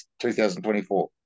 2024